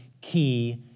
key